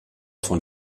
von